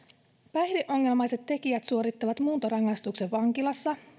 päihdeongelmaiset tekijät suorittavat muuntorangaistuksen vankilassa